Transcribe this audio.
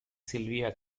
sylvia